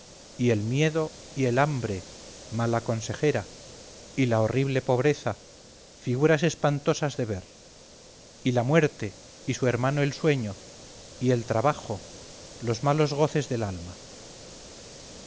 y el miedo y el hambre mala consejera y la horrible pobreza figuras espantosas de ver y la muerte y su hermano el sueño y el trabajo los malos goces del alma